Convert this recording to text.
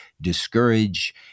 discourage